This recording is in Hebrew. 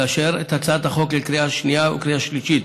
לאשר את הצעת החוק בקריאה השנייה ובקריאה השלישית.